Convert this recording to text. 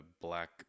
black